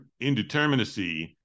indeterminacy